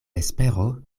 espero